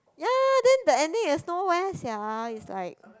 ya ya ya then the ending is no sia is like